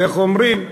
ואיך אומרים,